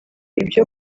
ibyo